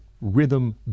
rhythm